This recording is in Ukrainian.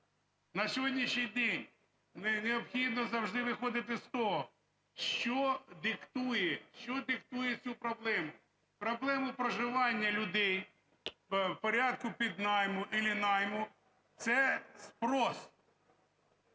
На сьогоднішній день необхідно завжди виходити з того, що диктує… що диктує цю проблему – проблему проживання людей, порядку піднайму чи найму.